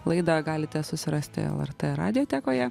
laidą galite susirasti lrt radiotekoje